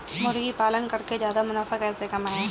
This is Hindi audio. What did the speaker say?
मुर्गी पालन करके ज्यादा मुनाफा कैसे कमाएँ?